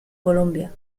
colombia